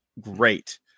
great